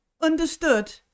understood